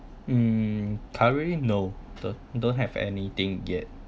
hmm currently no don~ don't have anything yet